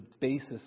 basis